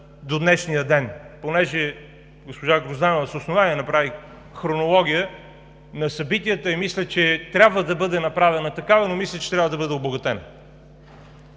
до днешния ден? Понеже госпожа Грозданова с основание направи хронология на събитията и мисля, че трябва да бъде направена такава, но мисля, че трябва да бъде обогатена